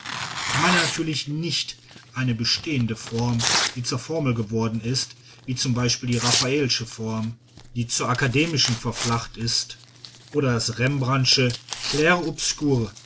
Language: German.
ich meine natürlich nicht eine bestehende form die zur formel geworden ist wie z b die raffaelische form die zur akademischen verflacht ist oder das rembrandtsche